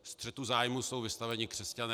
Střetu zájmů jsou vystaveni křesťané.